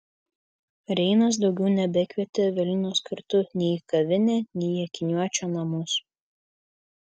reinas daugiau nebekvietė evelinos kartu nei į kavinę nei į akiniuočio namus